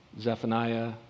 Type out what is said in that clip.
Zephaniah